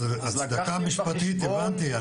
הצדקה משפטית הבנתי,